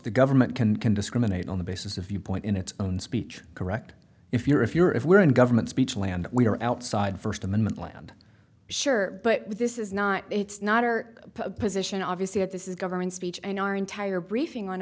the government can can discriminate on the basis of viewpoint in its own speech correct if you're if you're if we're in government speech land we're outside first amendment land sure but this is not it's not our position obviously at this is government speech and our entire briefing on